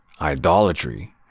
idolatry